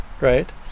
right